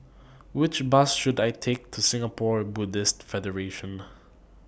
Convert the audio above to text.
Which Bus should I Take to Singapore Buddhist Federation